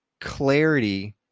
clarity